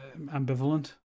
ambivalent